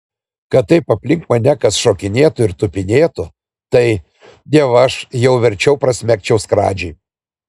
kad taip aplink mane kas šokinėtų ir tupinėtų tai dievaž jau verčiau prasmegčiau skradžiai